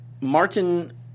Martin –